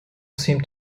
seemed